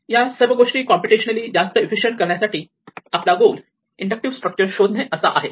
या सर्व गोष्टी कॉम्प्युटेशनली जास्त इफिसिएंट करण्यासाठी आपला गोल इंडक्टिव्ह स्ट्रक्चर शोधणे असा आहे